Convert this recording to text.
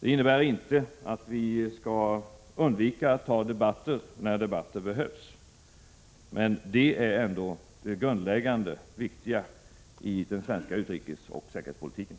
Det innebär inte att vi skall undvika att ta debatter när debatter behövs. Men detta är ändå det grundläggande viktiga i den svenska utrikesoch säkerhetspolitiken.